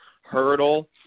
hurdle